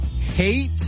hate